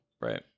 Right